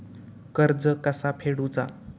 कर्ज कसा फेडुचा?